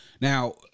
Now